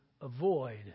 avoid